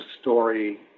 story